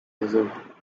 desert